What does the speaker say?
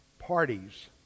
parties